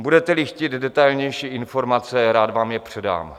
Budeteli chtít detailnější informace, rád vám je předám.